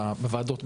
בוועדות,